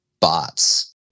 bots